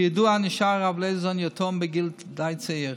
כידוע, נשאר הרב לייזרזון יתום בגיל די צעיר.